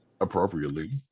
appropriately